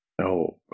No